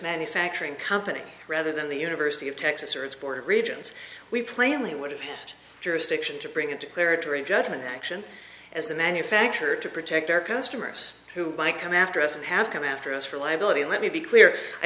manufacturing company rather than the university of texas or its board of regents we plainly would have jurisdiction to bring into clarity judgment action as a manufacturer to protect our customers who buy come after us and have come after us for liability and let me be clear i